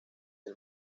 del